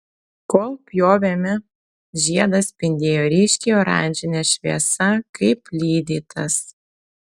kol pjovėme žiedas spindėjo ryškiai oranžine šviesa kaip lydytas